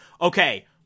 okay